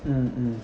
mm mm